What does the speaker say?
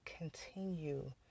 Continue